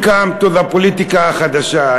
Welcome to the הפוליטיקה החדשה.